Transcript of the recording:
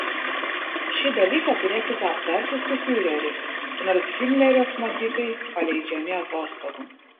šį dalyką turėsite aptarti su fiureriu nors himlerio smogikai paleidžiami atostogų